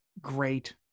great